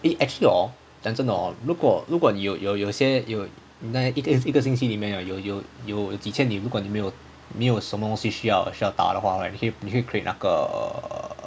eh actually hor 讲真的 hor 如果如果你有有有些有那一个一个一个星期里面有有有有几天你如果你没有没有什么东西需要需要打的话 hor right 你可以你可以 create 那个